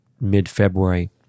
mid-February